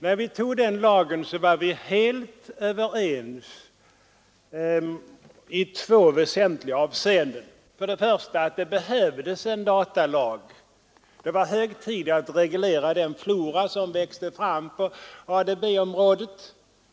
När vi tog lagen var vi helt överens i två väsentliga avseenden. För det första ansåg vi att det behövdes en datalag. Det var hög tid att reglera den flora som växte fram på ADB-området.